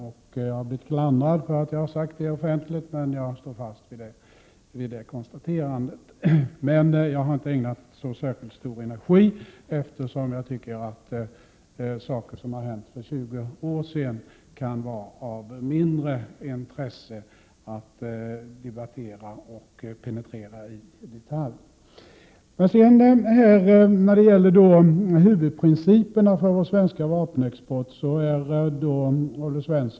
Jag har blivit klandrad för att jag har sagt detta offentligt, men jag vidhåller detta konstaterande. Jag har inte ägnat frågan särskilt stor energi, eftersom jag tycker att saker som har hänt för 20 år sedan kan vara av mindre intresse att nu debattera och penetrera i detalj. Olle Svensson är undanglidande i fråga om huvudprinciperna för vår svenska vapenexport.